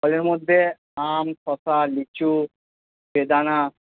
ফলের মধ্যে আম শশা লিচু বেদানা